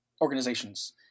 Organizations